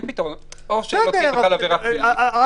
או שלא תהיה בכלל עבירה פלילית או שתהיה.